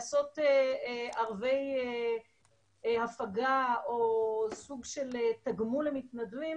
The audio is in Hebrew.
לעשות ערבי הפגה או סוג של תגמול למתנדבים